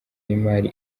y’imari